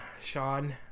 sean